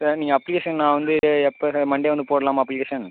sir நீங்கள் application நான் வந்து எப்போ சார் மண்டே வந்து போடலாமா அப்ளிகேஷன்